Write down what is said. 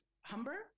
Humber